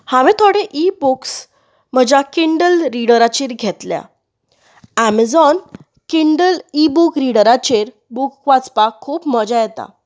हांवें थोडे e books म्हज्या किंडल रिर्डराचेर घेतल्या ऐमजोन किंडल इ बूक रिर्डराचेर बुक वाचपाक खूब मजा येता